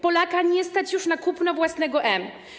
Polaka nie stać już na kupno własnego M.